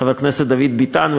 חבר הכנסת דוד ביטן,